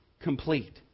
complete